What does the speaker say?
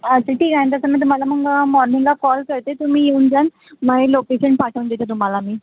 अच्छा ठीक आहे ना तसं मी तुम्हाला मग मॉर्निंगला कॉल करते तुम्ही येऊन जाल माय लोकेशन पाठवून देते तुम्हाला मी